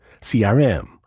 CRM